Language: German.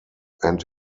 and